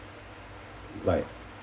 like